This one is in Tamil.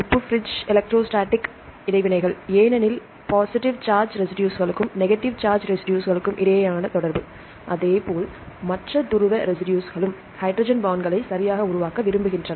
உப்பு பிரிட்ஜ் எலெக்ட்ரோஸ்டாடிக் இடைவினைகள் ஏனெனில் பாசிட்டிவ் சார்ஜ் ரெசிடுஸ்களுக்கும் நெகடிவ் சார்ஜ் ரெசிடுஸ்களுக்கும் இடையிலான தொடர்பு அதேபோல் மற்ற துருவ ரெசிடுஸ்களும் ஹைட்ரஜன் பாண்ட்களை சரியாக உருவாக்க விரும்புகின்றன